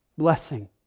blessing